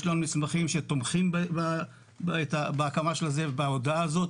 יש לנו מסמכים שתומכים בהודעה הזאת,